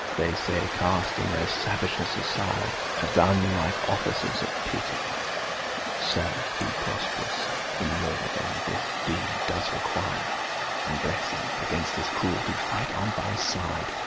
they say, casting their savageness aside, have done like offices of pity sir, be prosperous in more than this deed does require and blessing, against this cruelty, fight on thy side,